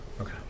Okay